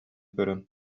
көрөн